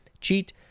Cheat